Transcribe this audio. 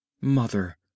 Mother